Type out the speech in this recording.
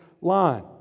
line